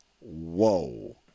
Whoa